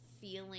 feeling